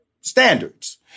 standards